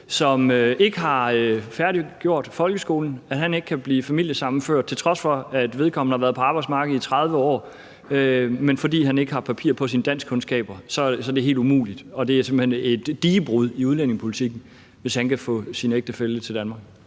som ikke har færdiggjort folkeskolen, ikke kan blive familiesammenført, til trods for at vedkommende har været på arbejdsmarkedet i 30 år. Men fordi han ikke har papir på sine danskkundskaber, er det helt umuligt. Og man mener, at det simpelt er hen et digebrud i udlændingepolitikken, hvis han kan få sin ægtefælle til Danmark.